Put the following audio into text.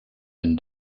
been